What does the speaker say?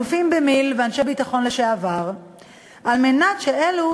אלופים במיל' ואנשי ביטחון לשעבר על מנת שאלו